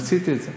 ניסיתי את זה.